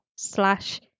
slash